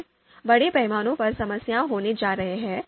फिर बड़े पैमाने पर समस्या होने जा रही है